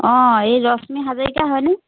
অঁ এই ৰশ্মি হাজৰিকা হয়নে